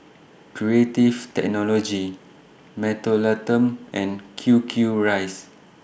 Creative Technology Mentholatum and Q Q Rice